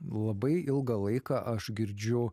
labai ilgą laiką aš girdžiu